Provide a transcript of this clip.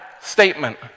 statement